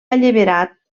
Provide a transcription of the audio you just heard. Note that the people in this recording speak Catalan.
alliberat